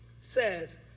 says